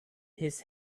his